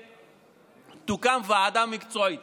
שתוקם ועדה מקצועית